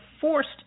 forced